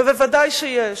וודאי שיש,